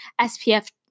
SPF